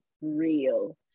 real